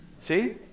See